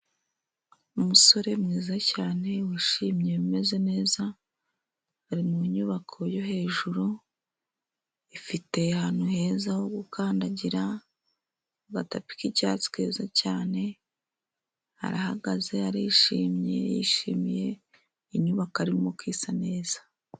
Umusore mwiza cyane wishimye umeze neza ari mu nyubako yo hejuru, ifite ahantu heza ho gukandagira ku gatapi k'icyatsi keza cyane, arahagaze arishimye yishimiye inyubako arimo kwisa neza.